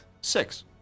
Six